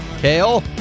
Kale